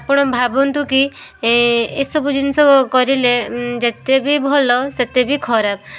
ଆପଣ ଭାବନ୍ତୁ କି ଏସବୁ ଜିନିଷ କରିଲେ ଯେତେ ବି ଭଲ ସେତେ ବି ଖରାପ